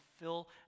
fill